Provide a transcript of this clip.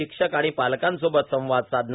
शिक्षक आणि पालकांसोबत संवाद साधणार